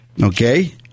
Okay